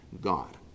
God